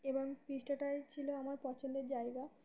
এবং টাই ছিল আমার পছন্দের জায়গা